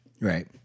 right